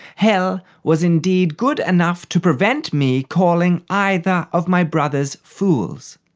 hell was indeed good enough to prevent me calling either of my brothers fools.